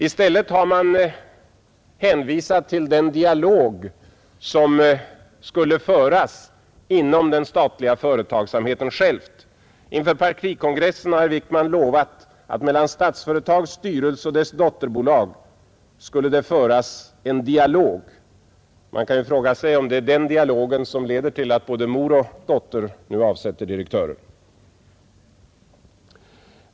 I stället har man hänvisat till den dialog som skulle föras inom den statliga företagsamheten själv. Inför partikongressen lovade herr Wickman att mellan Statsföretags styrelse och dess dotterbolag skulle det föras en dialog. Man kan ju fråga sig om det är den dialogen som leder till att både mor och dotter nu avsätter direktörer.